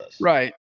right